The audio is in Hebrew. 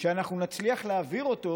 אנחנו נצליח להעביר אותו